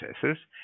processes